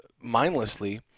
mindlessly